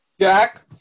Jack